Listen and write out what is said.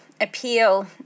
appeal